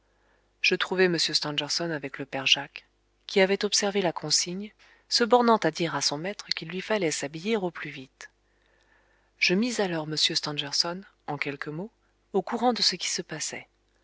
je trouvai m stangerson avec le père jacques qui avait observé la consigne se bornant à dire à son maître qu'il lui fallait s'habiller au plus vite je mis alors m stangerson en quelques mots au courant de ce qui se passait